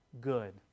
good